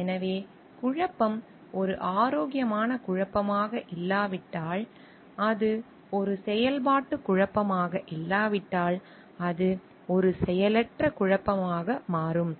எனவே குழப்பம் ஒரு ஆரோக்கியமான குழப்பமாக இல்லாவிட்டால் அது ஒரு செயல்பாட்டு குழப்பமாக இல்லாவிட்டால் அது ஒரு செயலற்ற குழப்பமாக மாறும்